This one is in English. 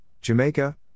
Jamaica